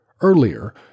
Earlier